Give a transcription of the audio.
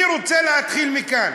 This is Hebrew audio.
אני רוצה להתחיל מכאן.